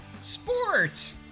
sports